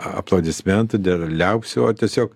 aplodismentų dėl liaupsių o tiesiog